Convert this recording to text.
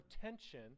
tension